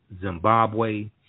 Zimbabwe